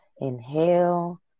inhale